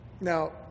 Now